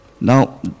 Now